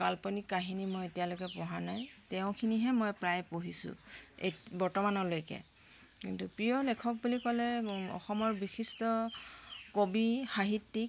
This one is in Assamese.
কাল্পনিক কাহিনী মই এতিয়ালৈকে পঢ়া নাই তেওঁখিনিহে মই প্ৰায় পঢ়িছোঁ বৰ্তমানলৈকে কিন্তু প্ৰিয় লেখক বুলি ক'লে অসমৰ বিশিষ্ট কবি সাহিত্যিক